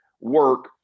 work